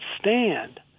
stand